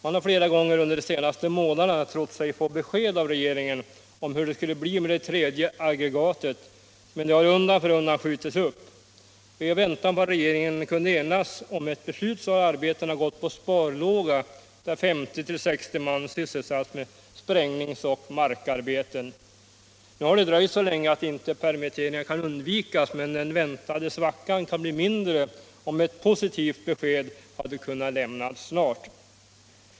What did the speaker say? Man har flera gånger under de senaste månaderna trott att man skulle få besked av regeringen om hur det skulle bli med det tredje aggregatet, men det har undan för undan skjutits upp. I väntan på att regeringen kunde enas om ett beslut har arbetena gått på sparlåga och 50-60 man har sysselsatts med sprängningsoch markarbeten. Nu har det dröjt så länge att permitteringar inte kan undvikas, men den väntade svackan kan bli mindre om ett positivt besked kan lämnas snart.